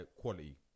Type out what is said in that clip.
quality